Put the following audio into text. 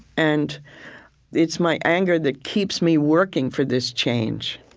and it's my anger that keeps me working for this change.